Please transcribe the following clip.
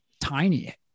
tiny